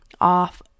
off